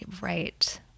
Right